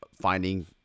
finding